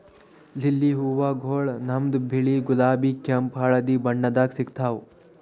lily ಹೂವಗೊಳ್ ನಮ್ಗ್ ಬಿಳಿ, ಗುಲಾಬಿ, ಕೆಂಪ್, ಹಳದಿ ಬಣ್ಣದಾಗ್ ಸಿಗ್ತಾವ್